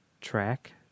track